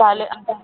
തലേ